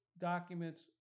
documents